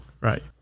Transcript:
Right